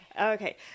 Okay